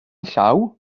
llaw